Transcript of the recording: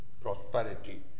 prosperity